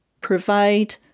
provide